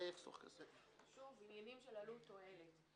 שוב, עניינים של עלות-תועלת.